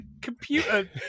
computer